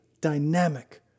dynamic